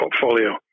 portfolio